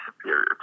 superior